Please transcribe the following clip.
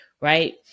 right